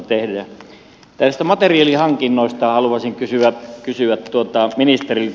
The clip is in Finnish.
näistä materiaalihankinnoista haluaisin kysyä ministeriltä